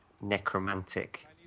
necromantic